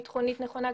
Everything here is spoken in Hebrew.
ביטחונית נכונה,